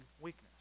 weakness